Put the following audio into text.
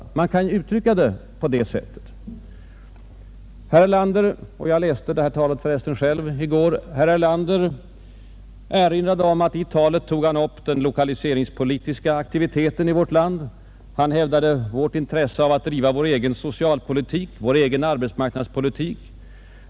Herr Erlander erinrade om — och jag läste för resten själv talet i går — att han i Metalltalet tog upp den lokaliseringspolitiska aktiviteten i vårt land. Han hävdade vårt intresse av att driva vär egen socialpolitik, vår egen arbetsmarknadspolitik.